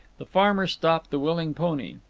the farmer stopped the willing pony.